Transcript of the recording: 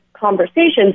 conversations